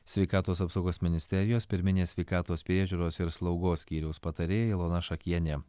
sveikatos apsaugos ministerijos pirminės sveikatos priežiūros ir slaugos skyriaus patarėja ilona šakienė